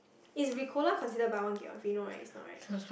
is Ricola considered buy one get one free no right it's not right